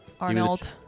Arnold